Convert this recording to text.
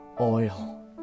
oil